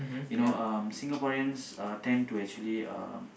you know um Singaporeans uh tend to actually um